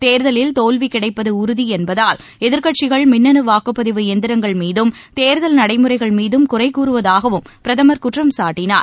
தேர்தலில் தோல்வி கிடைப்பது உறுதி என்பதால் எதிர்க்கட்சிகள் மின்னணு வாக்குப்பதிவு எந்திரங்கள்மீதும் தேர்தல் நடைமுறைகள்மீதும் குறை கூறுவதாகவும் பிரதமர் குற்றம் சாட்டினார்